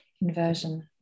inversion